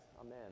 Amen